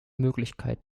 möglichkeit